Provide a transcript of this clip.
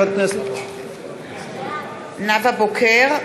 (קוראת בשמות חברי הכנסת) נאוה בוקר,